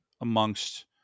amongst